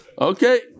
Okay